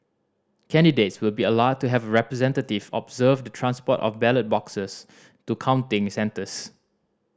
candidates will be allowed to have a representative observe the transport of ballot boxes to counting centres